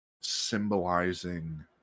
symbolizing